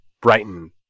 Brighton